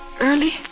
Early